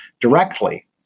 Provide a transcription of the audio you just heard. directly